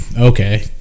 okay